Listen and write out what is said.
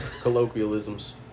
colloquialisms